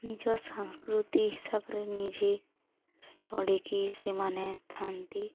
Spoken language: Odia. ନିଜ ସାଂସ୍କୃତି ହିସାବରେ ନିଜେ ଚଢ଼ିକି ସେମାନେ ଥାନ୍ତି